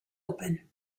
open